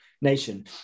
nation